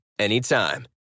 anytime